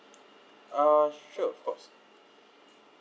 ah sure of course